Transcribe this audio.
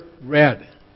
red